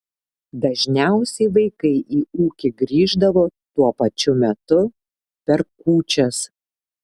dažniausiai vaikai į ūkį grįždavo tuo pačiu metu per kūčias